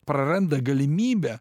praranda galimybę